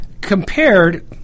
compared